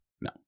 No